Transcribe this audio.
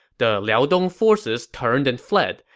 the liaodong forces turned and fled.